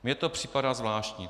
Mně to připadá zvláštní.